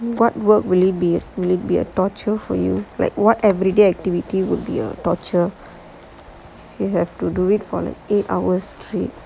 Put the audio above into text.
what work will it be will be a torture for you like what everyday activity would be a torture you have to do it for eight hours straight